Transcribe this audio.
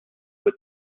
with